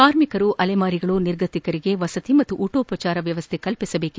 ಕಾರ್ಮಿಕರು ಅಲೆಮಾರಿಗಳು ನಿರ್ಗತಿಕರಿಗೆ ವಸತಿ ಮತ್ತು ಊಟೋಪಚಾರದ ವ್ಯವಸ್ಥೆಯನ್ನು ಮಾಡಬೇಕು